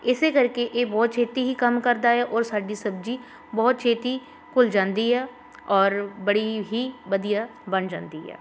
ਇਸੇ ਕਰਕੇ ਇਹ ਬਹੁਤ ਛੇਤੀ ਹੀ ਕੰਮ ਕਰਦਾ ਏ ਆ ਔਰ ਸਾਡੀ ਸਬਜ਼ੀ ਬਹੁਤ ਛੇਤੀ ਘੁਲ ਜਾਂਦੀ ਆ ਔਰ ਬੜੀ ਹੀ ਵਧੀਆ ਬਣ ਜਾਂਦੀ ਆ